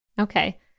Okay